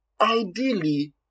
ideally